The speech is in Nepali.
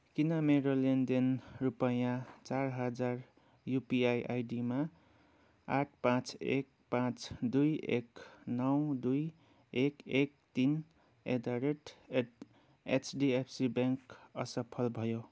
किन मेरो लेनदेन रुपियाँ चार हजार युपीआई आइडीमा आठ पाँच एक पाँच दुई एक नौ दुई एक एक तिन at the rate HDFC bank असफल भयो